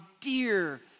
dear